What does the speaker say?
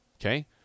Okay